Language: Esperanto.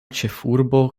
ĉefurbo